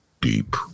deep